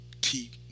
keep